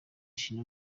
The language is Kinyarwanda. shima